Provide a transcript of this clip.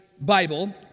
bible